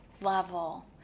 level